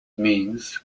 means